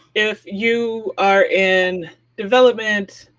if you are in development,